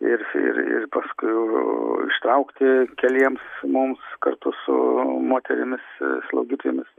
ir ir paskui ištraukti keliems mums kartu su moterimis slaugytojomis